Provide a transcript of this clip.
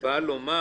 בא לומר